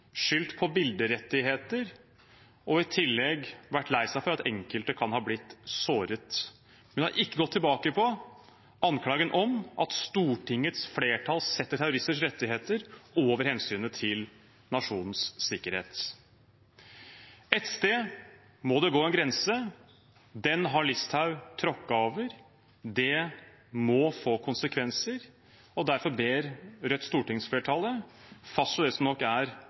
skyldt på bilderettigheter og i tillegg vært lei seg for at enkelte kan ha blitt såret. Hun har ikke gått tilbake på anklagen om at Stortingets flertall setter terroristers rettigheter over hensynet til nasjonens sikkerhet. Ett sted må det gå en grense. Den har Listhaug tråkket over. Det må få konsekvenser. Derfor ber Rødt stortingsflertallet fastslå det som nok er